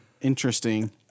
Interesting